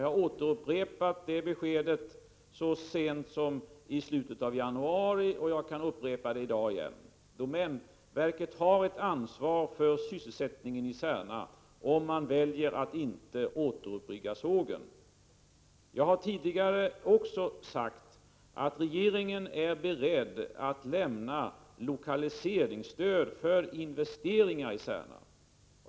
Jag upprepade det beskedet så sent som i slutet av januari, och jag kan återupprepa det i dag: Domänverket har ett ansvar för sysselsättningen i Särna, om man väljer att inte återuppbygga sågen. Jag har tidigare också sagt att regeringen är beredd att lämna lokaliseringsstöd för investeringar i Särna.